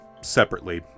separately